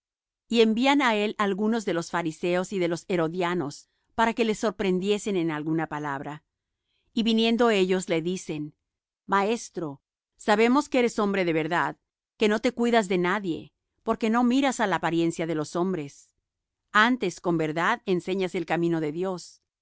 y envían á él algunos de los fariseos y de los herodianos para que le sorprendiesen en alguna palabra y viniendo ellos le dicen maestro sabemos que eres hombre de verdad y que no te cuidas de nadie porque no miras á la apariencia de hombres antes con verdad enseñas el camino de dios